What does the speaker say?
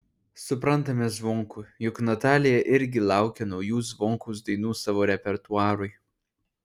suprantame zvonkų juk natalija irgi laukia naujų zvonkaus dainų savo repertuarui